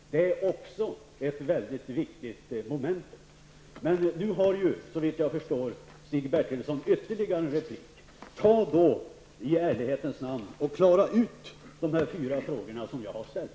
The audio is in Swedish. Det är också ett mycket viktigt moment. Nu har Stig Bertilsson ytterligare ett inlägg. Ta då i ärlighetens namn och klara ut dessa fyra frågor som jag har ställt.